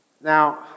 Now